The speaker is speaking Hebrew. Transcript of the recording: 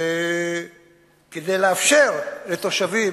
כדי לאפשר לתושבים